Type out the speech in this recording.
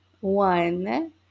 one